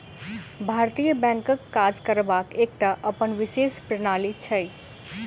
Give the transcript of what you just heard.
भारतीय बैंकक काज करबाक एकटा अपन विशेष प्रणाली छै